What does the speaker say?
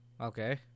Okay